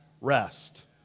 rest